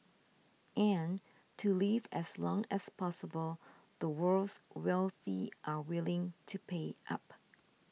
and to live as long as possible the world's wealthy are willing to pay up